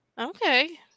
Okay